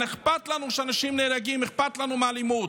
אכפת לנו שאנשים נהרגים, אכפת לנו מאלימות,